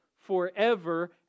forever